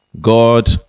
god